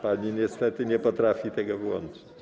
Pani niestety nie potrafi tego wyłączyć.